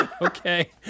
Okay